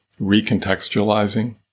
recontextualizing